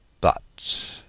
but—